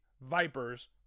Vipers